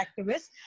activists